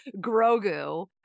Grogu